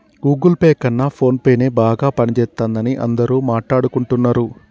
Google Pay కన్నా ఫోన్పేనే బాగా పనిజేత్తందని అందరూ మాట్టాడుకుంటన్నరు